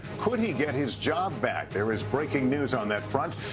could he get his job back? there is breaking news on that front.